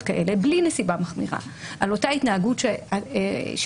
כאלה בלי נסיבה מחמירה על אותה התנהגות שתיארת?